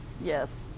Yes